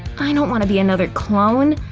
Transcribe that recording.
i don't want to be another clone!